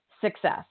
success